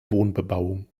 wohnbebauung